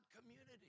community